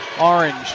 orange